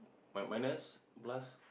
my minus plus